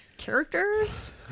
characters